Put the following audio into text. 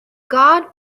guard